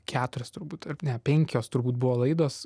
keturias turbūt ne penkios turbūt buvo laidos